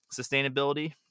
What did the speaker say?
sustainability